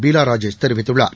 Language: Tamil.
பீலாராஜேஷ் தெரிவித்துள்ளார்